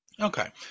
Okay